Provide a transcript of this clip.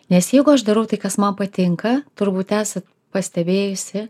nes jeigu aš darau tai kas man patinka turbūt esat pastebėjusi